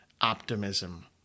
optimism